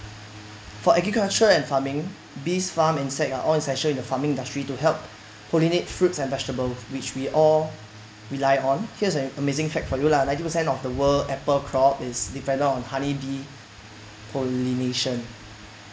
for agriculture and farming bees farm insects are all essential in the farming industry to help coordinate fruits and vegetables which we all rely on here's an amazing fact for you lah ninety percent of the world apple crop is dependant on honey bee pollination